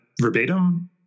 verbatim